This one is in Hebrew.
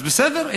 אז בסדר,